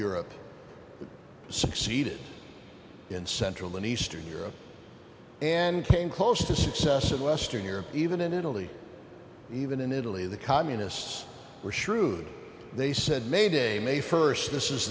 europe succeeded in central and eastern europe and came close to success in western europe even in italy even in italy the communists were shrewd they said may day may st this is